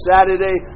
Saturday